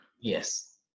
Yes